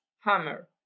hammer